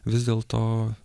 vis dėl to